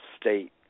state